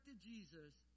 Jesus